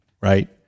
Right